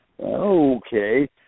Okay